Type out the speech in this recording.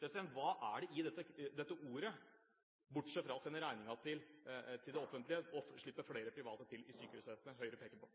Hva er det i dette ordet – bortsett fra å sende regningen til det offentlige og slippe til flere private i sykehusvesenet – som Høyre peker på?